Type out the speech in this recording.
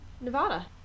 Nevada